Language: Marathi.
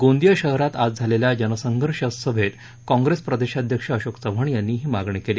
गोंदिया शहरात आज झालेल्या जनसंघर्ष सभेत काँप्रेस प्रदेशाध्यक्ष अशोक चव्हाण यांनी ही मागणी केली